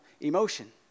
emotion